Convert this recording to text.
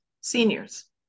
seniors